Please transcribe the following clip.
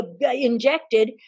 injected